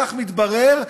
כך מתברר,